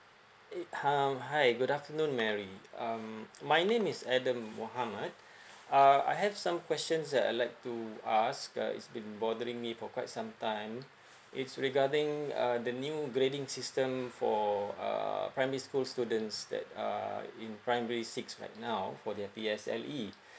eh um hi good afternoon mary um my name is adam muhammad uh I have some questions that I'd like to ask uh it's been bothering me for quite some time it's regarding uh the new grading system for uh primary school students that uh in primary six right now for the P_S_L_E